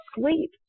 sleep